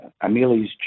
Amelia's